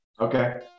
Okay